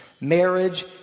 marriage